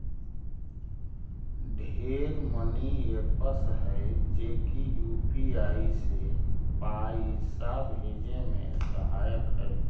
ढेर money apps हई जे की यू.पी.आई से पाइसा भेजे में सहायक हई